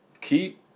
Keep